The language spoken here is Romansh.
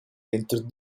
denter